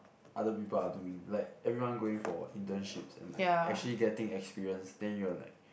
other people are doing like everyone going for internships and like actually getting experience then you are like